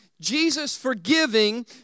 Jesus-forgiving